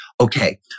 okay